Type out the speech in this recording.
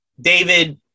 David